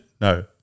No